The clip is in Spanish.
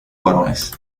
varones